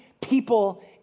people